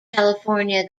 california